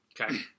Okay